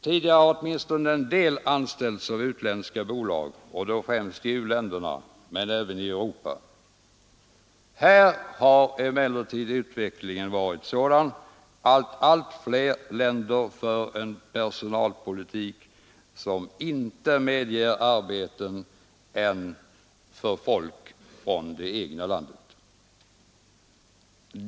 Tidigare har åtminstone en del anställts av utländska bolag, främst i u-länderna men även i Europa. Här har emellertid utvecklingen varit sådan att allt fler länder för en personalpolitik som inte medger arbeten annat än för folk från det egna landet.